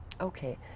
Okay